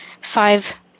five